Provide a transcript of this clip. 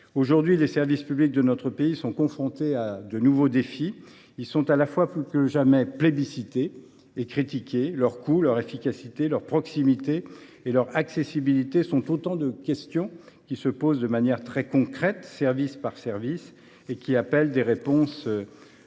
Aujourd’hui, les services publics de notre pays sont confrontés à de nouveaux défis. Plus que jamais, ils sont à la fois plébiscités et critiqués. Leur coût, leur efficacité, leur proximité et leur accessibilité sont autant de questions qui se posent de manière très concrète, service par service, et appellent des réponses